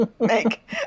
make